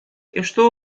estou